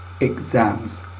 exams